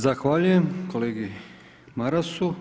Zahvaljujem kolegi Marasu.